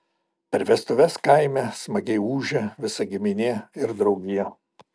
per vestuves kaime smagiai ūžia visa giminė ir draugija